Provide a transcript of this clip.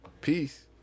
Peace